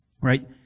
Right